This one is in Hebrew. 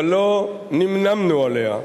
אבל לא נמנמנו עליה,